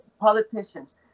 politicians